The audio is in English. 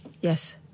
Yes